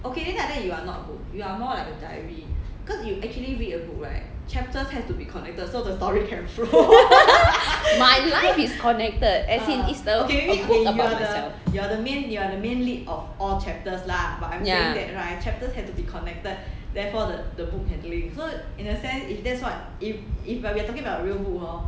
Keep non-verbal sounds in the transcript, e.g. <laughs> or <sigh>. <laughs> my life is connected as in it's a book about my life myself ya